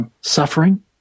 suffering